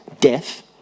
death